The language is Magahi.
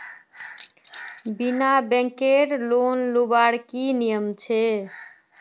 बिना बैंकेर लोन लुबार की नियम छे?